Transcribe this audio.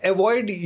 Avoid